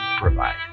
provide